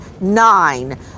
nine